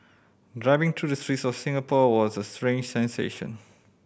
driving through the streets of Singapore was a strange sensation